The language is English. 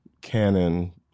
canon